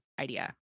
idea